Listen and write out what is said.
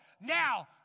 now